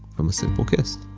from a simple kiss.